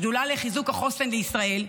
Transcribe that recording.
שדולה לחיזוק החוסן לישראל,